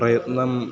प्रयत्नं